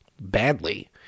badly